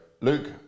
Luke